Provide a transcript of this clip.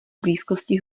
blízkosti